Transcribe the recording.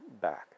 back